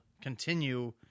continue